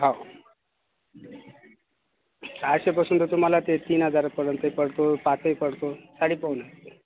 हो सहाशेपासून तर तुम्हाला ते तीन हजारापर्यंतही पडतो पाचही पडतो साडी पाहून आहे